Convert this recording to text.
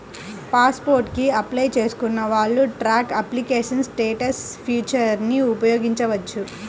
pass port కి apply చేసుకున్న వాళ్ళు ట్రాక్ అప్లికేషన్ స్టేటస్ ఫీచర్ని ఉపయోగించవచ్చు